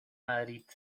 madrid